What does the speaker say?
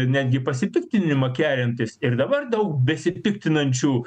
netgi pasipiktinimą keliantis ir dabar daug besipiktinančių